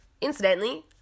Incidentally